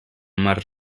març